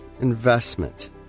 investment